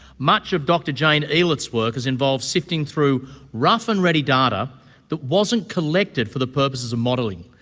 much of dr jane elith's work has involved sifting through rough and ready data that wasn't collected for the purposes of modelling,